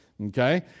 Okay